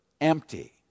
empty